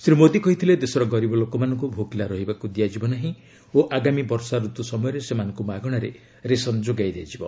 ଶ୍ରୀ ମୋଦି କହିଥିଲେ ଦେଶର ଗରିବ ଲୋକମାନଙ୍କୁ ଭୋକିଲା ରହିବାକୁ ଦିଆଯିବ ନାହିଁ ଓ ଆଗାମୀ ବର୍ଷାରତ୍ ସମୟରେ ସେମାନଙ୍କୁ ମାଗଶାରେ ରେସନ୍ ଯୋଗାଇ ଦିଆଯିବ